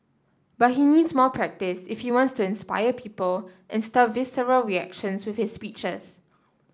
but he needs more practise if he wants to inspire people and stir visceral reactions with his speeches